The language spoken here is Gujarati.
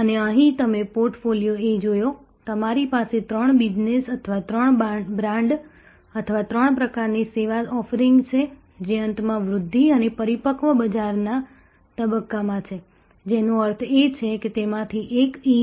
અને અહીં તમે પોર્ટફોલિયો A જોયો તમારી પાસે ત્રણ બિઝનેસ અથવા ત્રણ બ્રાન્ડ અથવા ત્રણ પ્રકારની સર્વિસ ઑફરિંગ છે જે અંતમાં વૃદ્ધિ અને પરિપક્વ બજારના તબક્કામાં છે જેનો અર્થ એ છે કે તેમાંથી એક E